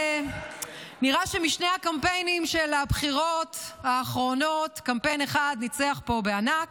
נראה שמשני הקמפיינים של הבחירות האחרונות קמפיין אחד ניצח פה בענק.